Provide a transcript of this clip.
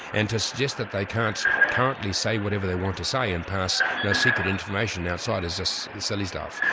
and to suggest that they can't currently say whatever they want to say and pass and secret information outside is just silly stuff.